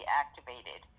activated